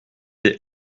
des